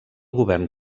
govern